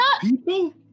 people